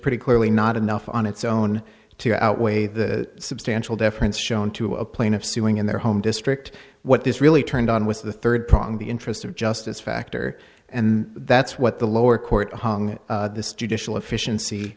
pretty clearly not enough on its own to outweigh the substantial deference shown to a plaintiff suing in their home district what this really turned on was the third prong the interest of justice factor and that's what the lower court hung this judicial efficiency